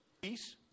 Peace